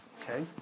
Okay